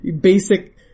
basic